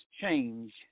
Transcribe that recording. change